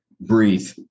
breathe